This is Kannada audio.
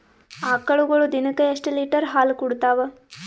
ಆಕಳುಗೊಳು ದಿನಕ್ಕ ಎಷ್ಟ ಲೀಟರ್ ಹಾಲ ಕುಡತಾವ?